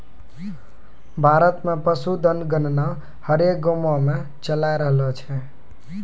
भारत मे पशुधन गणना हरेक गाँवो मे चालाय रहलो छै